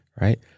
Right